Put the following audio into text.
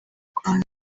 rwanda